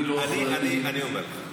אני לא --- אני אומר לך,